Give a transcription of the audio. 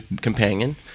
companion